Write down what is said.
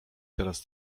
teraz